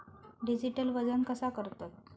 Digital वजन कसा करतत?